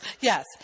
Yes